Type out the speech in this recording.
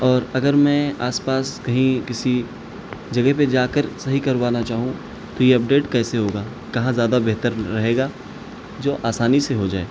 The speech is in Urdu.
اور اگر میں آس پاس کہیں کسی جگہ پہ جا کر صحیح کروانا چاہوں تو یہ اپ ڈیٹ کیسے ہوگا کہاں زیادہ بہتر رہے گا جو آسانی سے ہو جائے